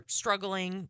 struggling